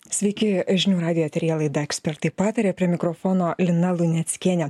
sveiki žinių radijo eteryje laida ekspertai pataria prie mikrofono lina luneckienė